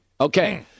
Okay